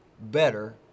better